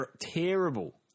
terrible